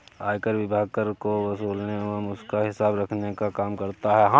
आयकर विभाग कर को वसूलने एवं उसका हिसाब रखने का काम करता है